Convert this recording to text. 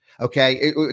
Okay